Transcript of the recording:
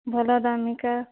ଭଲ ଦାମିକା